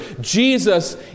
Jesus